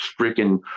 freaking